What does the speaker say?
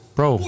Bro